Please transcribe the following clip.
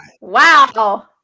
Wow